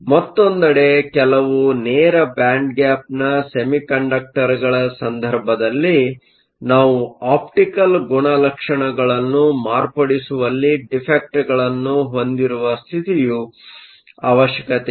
ಮತ್ತೊಂದೆಡೆ ಕೆಲವು ನೇರ ಬ್ಯಾಂಡ್ ಗ್ಯಾಪ್ ಸೆಮಿಕಂಡಕ್ಟರ್ಗಳ ಸಂದರ್ಭದಲ್ಲಿ ನಾವು ಆಪ್ಟಿಕಲ್ ಗುಣಲಕ್ಷಣಗಳನ್ನು ಮಾರ್ಪಡಿಸುವಲ್ಲಿ ಡಿಫೆಕ್ಟ್Defectಗಳನ್ನು ಹೊಂದಿರುವ ಸ್ಥಿತಿಯು ಅವಶ್ಯಕತೆ ಇದೆ